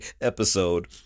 episode